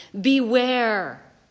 beware